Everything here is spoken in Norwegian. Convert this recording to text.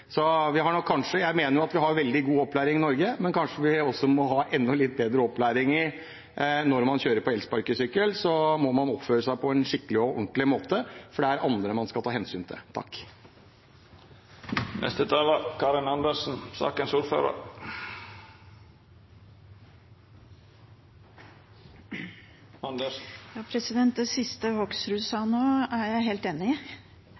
Jeg mener at vi har veldig god opplæring i Norge, men kanskje må vi ha enda litt bedre opplæring. Når man kjører på elsparkesykkel, må man oppføre seg på en skikkelig og ordentlig måte, for det er andre man skal ta hensyn til. Det siste representanten Hoksrud sa nå, er jeg helt enig i. Jeg er glad for at det